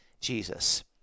Jesus